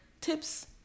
tips